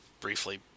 briefly